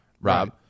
Rob